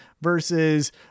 versus